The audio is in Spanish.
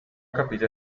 capilla